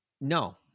No